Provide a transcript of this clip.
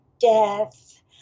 death